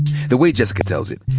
the way jessica tells it,